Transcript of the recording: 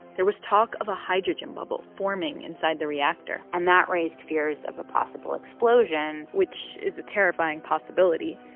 there was talk of a hydrogen bubble forming inside the reactor. and that raised fears of a possible explosion. which is a terrifying possibility.